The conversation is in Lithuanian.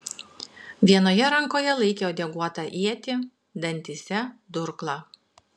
vienoje rankoje laikė uodeguotą ietį dantyse durklą